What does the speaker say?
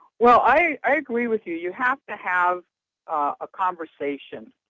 well, i agree with you. you have to have a conversation.